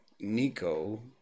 nico